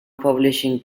publishing